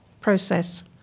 process